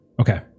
okay